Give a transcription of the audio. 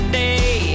day